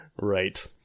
right